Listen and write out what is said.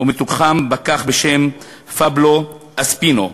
ובתוכם פקח בשם פבלו אספינו,